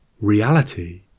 reality